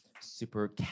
super